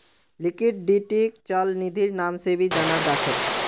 लिक्विडिटीक चल निधिर नाम से भी जाना जा छे